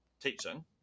teaching